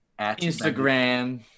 Instagram